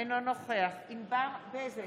אינו נוכח ענבר בזק,